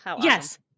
yes